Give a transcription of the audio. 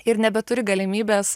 ir nebeturi galimybės